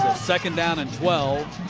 second down and twelve.